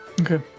Okay